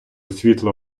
світло